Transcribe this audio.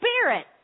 Spirit